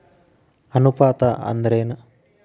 ಅನುಪಾತ ಅಂದ್ರ ಏನ್?